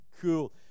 cool